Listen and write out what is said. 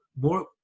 more